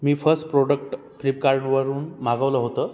मी first product फ्लिपकार्डवरून मागवलं होतं